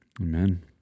Amen